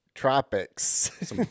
Tropics